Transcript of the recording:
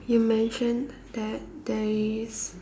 you mentioned that there is